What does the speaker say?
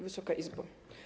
Wysoka Izbo!